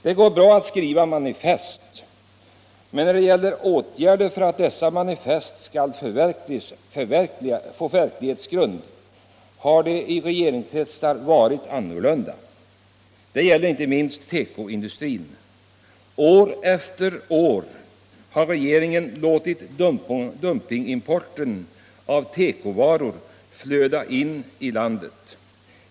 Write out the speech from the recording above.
Det går bra att skriva manifest. Men när det gäller åtgärder för att dessa manifest skall få verklighetsgrund har det i regeringskretsar varit annorlunda. Det gäller inte minst tekoindustrin. År efter år har regeringen låtit dumpingimporten av tekovaror flöda in i landet.